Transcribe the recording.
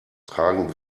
tragen